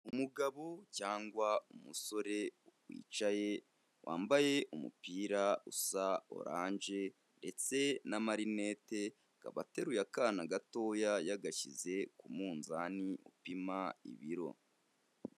Umugabo cyangwa umusore wicaye, wambaye umupira usa oranje ndetse n'amarinete, akaba ateruye akana gatoya, yagashyize ku munzani upima ibiro.